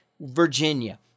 Virginia